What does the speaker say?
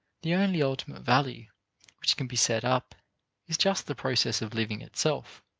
the only ultimate value which can be set up is just the process of living itself.